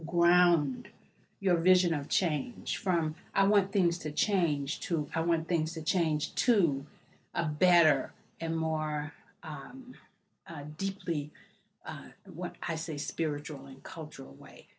ground your vision of change from i want things to change to i want things to change to a better and more are deeply when i say spiritual and cultural way